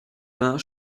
vingt